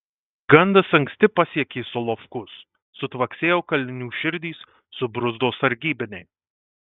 gandas anksti pasiekė solovkus sutvaksėjo kalinių širdys subruzdo sargybiniai